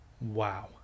Wow